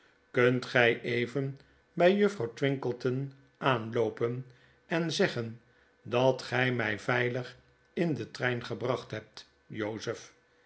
kunt gij even bij juffrouw twinkleton aanloopen en zeggen dat gij mij veilig in den trein gebracht hebt jozef